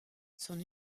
son